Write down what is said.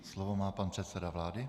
Slovo má pan předseda vlády.